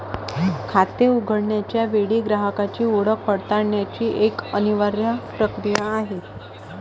खाते उघडण्याच्या वेळी ग्राहकाची ओळख पडताळण्याची एक अनिवार्य प्रक्रिया आहे